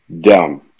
Dumb